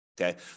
Okay